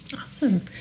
awesome